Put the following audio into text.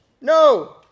No